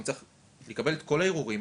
אני צריך לקבל את כל הערעורים,